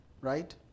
Right